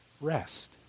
rest